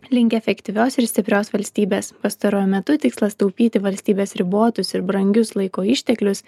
link efektyvios ir stiprios valstybės pastaruoju metu tikslas taupyti valstybės ribotus ir brangius laiko išteklius